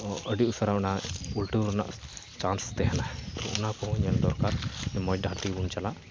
ᱟᱹᱰᱤ ᱩᱥᱟᱹᱨᱟ ᱚᱱᱟ ᱩᱞᱴᱟᱹᱣ ᱨᱮᱱᱟᱜ ᱪᱟᱱᱥ ᱛᱟᱦᱮᱱᱟ ᱚᱱᱟᱠᱚ ᱦᱚᱸ ᱧᱮᱞ ᱫᱚᱨᱠᱟᱨ ᱢᱚᱡᱽ ᱰᱟᱦᱟᱨ ᱛᱮᱜᱮ ᱵᱚᱱ ᱪᱟᱞᱟᱜ